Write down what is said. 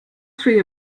three